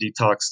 detox